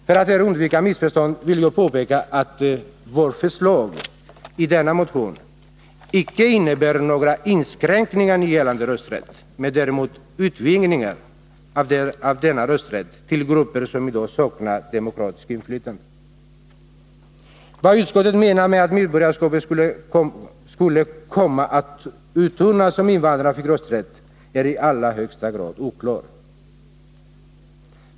För att här undvika Nr 29 missförstånd vill jag påpeka att vårt förslag i denna motion icke innebär några Onsdagen den inskränkningar i gällande rösträtt men däremot utvidgningar av denna 18 november 1981 rösträtt till grupper som i dag saknar demokratiskt inflytande. Vad utskottet menar med att medborgarskapet skulle komma att uttunnas om invandrarna fick rösträtt är i allra högsta grad oklart.